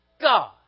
God